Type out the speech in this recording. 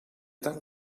tant